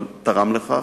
אבל תרם לכך,